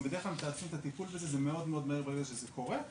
גם בדרך כלל מתעדפים את הטיפול בזה אז זה מאוד מאוד מהר מרגע שזה קורה.